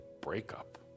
breakup